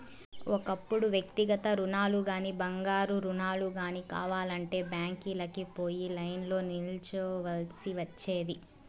ఒకప్పుడు వ్యక్తిగత రుణాలుగానీ, బంగారు రుణాలు గానీ కావాలంటే బ్యాంకీలకి పోయి లైన్లో నిల్చోవల్సి ఒచ్చేది